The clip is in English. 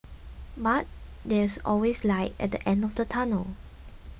but there is always light at the end of the tunnel